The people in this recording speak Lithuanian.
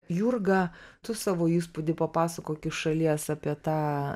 jurga tu savo įspūdį papasakok iš šalies apie tą